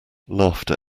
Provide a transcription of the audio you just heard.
laughter